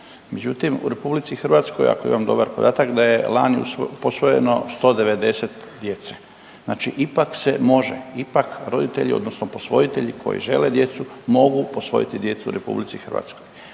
Međutim u RH ako imam dobar podatak da je lani posvojeno 190 djece, znači ipak se može, ipak roditelji odnosno posvojitelji koji žele djecu mogu posvojiti djecu u RH i onda se